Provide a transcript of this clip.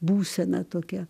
būsena tokia